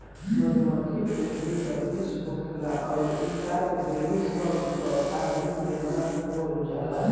मधुमक्खी के भीतर विष होखेला अउरी इ काट देली सन त आदमी बेमार हो जाला